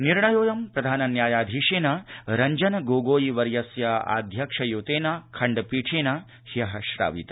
निर्णयोऽयं प्रधान न्यायाधीशेन रंजन गोगोई वर्यस्याध्यक्षयुतेन खण्डपीठेन ह्यः श्रावित